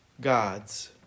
God's